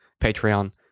Patreon